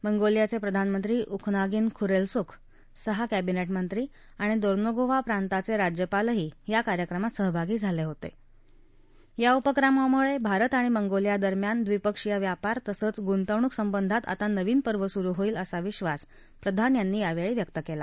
मंगोलियाचप्रधानमंत्री उखनागिन खुरर्घ्येमुख सहा कैंबिनधांत्री आणि दोनोंगोव्ही प्रांताचध राज्यपालही या कार्यक्रमात सहभागी झालवित ब्रामुळमिरत आणि मंगोलिया यांच्यात द्विपक्षीय व्यापार तसंच गुंतवणूक संबंधांत आता नवीन पर्व सुरू होईल असा विश्वास प्रधान यांनी यावछी व्यक्त कला